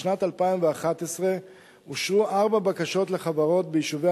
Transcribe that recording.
בשנת 2011 אושרו ארבע בקשות לחברות ביישובי